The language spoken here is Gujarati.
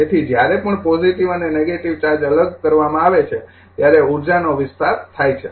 તેથી જ્યારે પણ પોજિટિવ અને નેગેટિવ ચાર્જ અલગ કરવામાં આવે છે ત્યારે ઉર્જાનો વિસ્તાર થાય છે